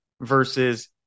versus